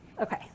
okay